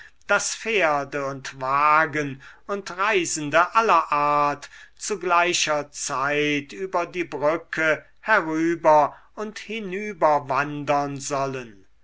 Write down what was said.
daß pferde und wagen und reisende aller art zu gleicher zeit über die brücke herüber und hinüberwandern sollen